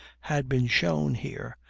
had been shown here,